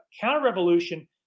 counter-revolution